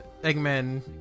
Eggman